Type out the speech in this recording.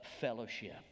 fellowship